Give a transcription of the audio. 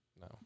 No